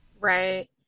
Right